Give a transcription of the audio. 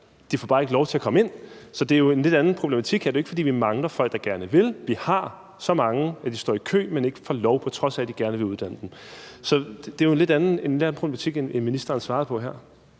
de får bare ikke lov til at komme ind. Så det er jo en lidt anden problematik her. Det er jo ikke, fordi vi mangler folk, der gerne vil. Vi har så mange, at de står i kø, men de får ikke lov, på trods af at de gerne vil uddanne dem. Så det er jo en lidt anden problematik, end ministeren svarede på her.